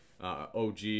og